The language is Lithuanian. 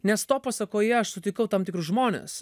nes to pasekoje aš sutikau tam tikrus žmones